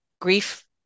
grief